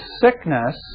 sickness